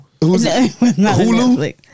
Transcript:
Hulu